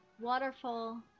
waterfall